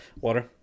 Water